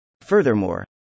Furthermore